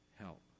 help